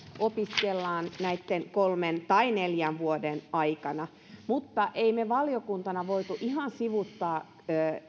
opiskellaan näitten kolmen tai neljän vuoden aikana mutta emme me valiokuntana voineet ihan sivuuttaa